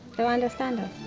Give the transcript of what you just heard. they'll understand us.